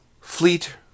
Fleet